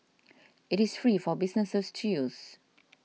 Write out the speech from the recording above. it is free for businesses to use